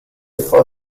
for